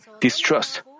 distrust